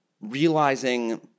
realizing